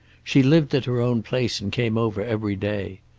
she lived at her own place and came over every day.